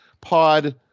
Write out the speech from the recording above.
pod